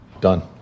Done